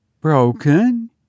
Broken